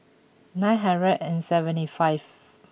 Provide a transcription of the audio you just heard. nine hundred and seventy five